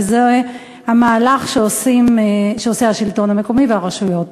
וזה מהלך שעושה השלטון המקומי והרשויות.